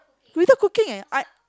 without cooking leh I